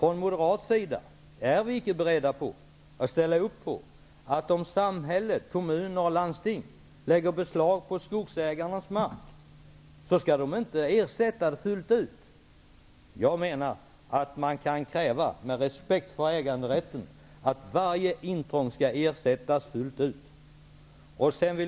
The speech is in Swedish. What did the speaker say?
Vi moderater är icke beredda att ställa upp på att samhället, kommuner och landsting, skall kunna lägga beslag på skogsägarnas mark utan att betala ersättning. Med respekt för äganderätten borde man kunna kräva att varje intrång skall ersättas fullt ut.